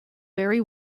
very